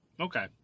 Okay